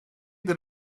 that